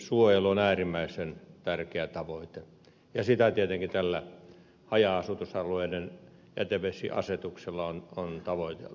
vesiensuojelu on äärimmäisen tärkeä tavoite ja sitä tietenkin tällä haja asutusalueiden jätevesiasetuksella on tavoiteltu